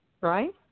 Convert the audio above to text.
right